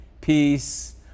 peace